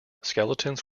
skeletons